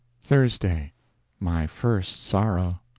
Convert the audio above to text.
thursday my first sorrow.